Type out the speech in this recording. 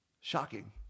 Shocking